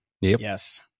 Yes